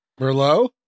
Merlot